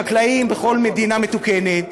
חקלאים בכל מדינה מתוקנת,